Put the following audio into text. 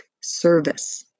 service